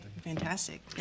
fantastic